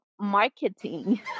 marketing